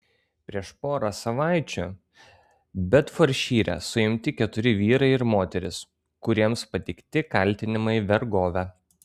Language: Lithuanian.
prieš porą savaičių bedfordšyre suimti keturi vyrai ir moteris kuriems pateikti kaltinimai vergove